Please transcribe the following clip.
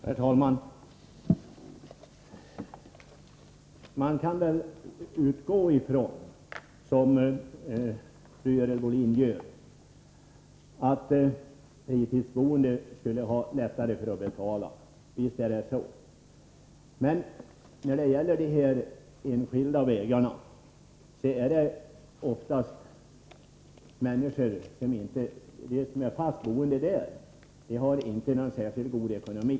Herr talman! Man kan väl — som Görel Bohlin gör — utgå från att fritidsboende människor skulle ha lättare att betala. Visst är det så. De människor som är fast boende vid de enskilda vägarna har däremot oftast inte särskilt god ekonomi.